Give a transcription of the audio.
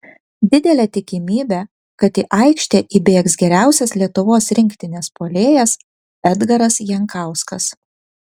didelė tikimybė kad į aikštę įbėgs geriausias lietuvos rinktinės puolėjas edgaras jankauskas